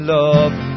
love